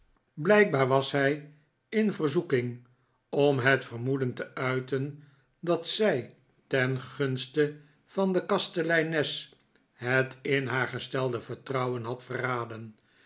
blijkbaar was hij in verzoeking om het vermoeden te uiten dat zij ten gunste van de kasteleines het in haar gestelde vertrouwen had verraden